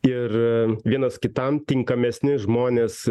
ir vienas kitam tinkamesni žmonės